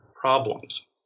problems